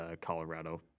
Colorado